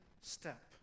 step